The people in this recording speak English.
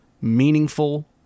meaningful